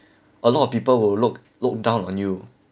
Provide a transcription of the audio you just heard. a lot of people will look look down on you